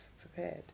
prepared